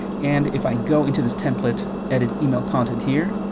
and if i go into this template. edit email content here.